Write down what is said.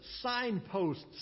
signposts